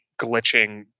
glitching